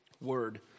word